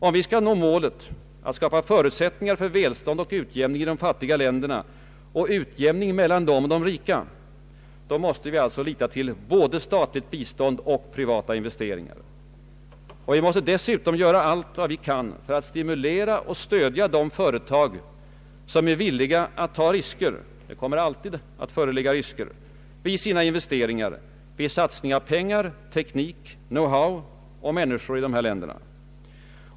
Om vi skall nå målet — att skapa förutsättningar för välstånd och utjämning i de fattiga länderna och utjämning mellan dem och de rika — då måste vi lita till både statligt bistånd och privata investeringar. Vi måste dessutom göra allt vad vi kan för att stimulera och stödja de företag som är villiga att ta risker — risker kommer alltid att finnas — vid sina investeringar, vid satsning av pengar, teknik, know-how och människor i dessa länder.